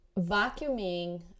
vacuuming